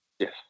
Yes